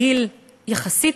אנחנו שומרים עליכם,